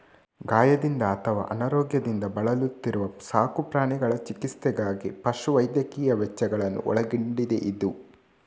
ಗಾಯದಿಂದ ಅಥವಾ ಅನಾರೋಗ್ಯದಿಂದ ಬಳಲುತ್ತಿರುವ ಸಾಕು ಪ್ರಾಣಿಗಳ ಚಿಕಿತ್ಸೆಗಾಗಿ ಪಶು ವೈದ್ಯಕೀಯ ವೆಚ್ಚಗಳನ್ನ ಒಳಗೊಂಡಿದೆಯಿದು